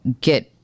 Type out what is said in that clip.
get